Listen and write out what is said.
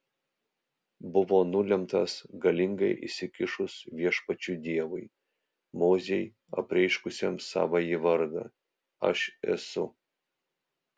buvo nulemtas galingai įsikišus viešpačiui dievui mozei apreiškusiam savąjį vardą aš esu